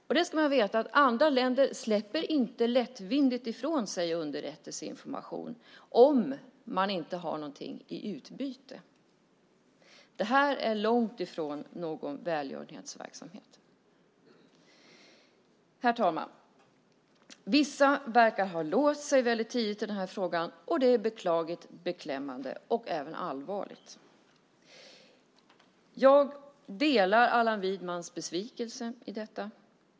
Man ska veta att andra länder inte lättvindigt släpper ifrån sig underrättelseinformation om man inte får någonting i utbyte. Det här är långt ifrån någon välgörenhetsverksamhet. Herr talman! Vissa verkar ha låst sig väldigt tidigt i den här frågan, och det är beklagligt, beklämmande och även allvarligt. Jag delar Allan Widmans besvikelse över detta.